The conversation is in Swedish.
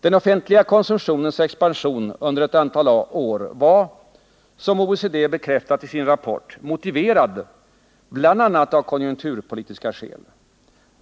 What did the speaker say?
Den offentliga konsumtionens expansion under ett antal år var - som OECD bekräftat i sin rapport — motiverad bl.a. av konjunkturpolitiska skäl.